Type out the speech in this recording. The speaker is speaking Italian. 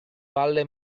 valle